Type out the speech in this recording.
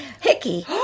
hickey